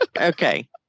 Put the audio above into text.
Okay